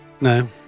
No